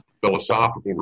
philosophical